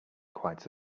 quite